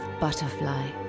Butterfly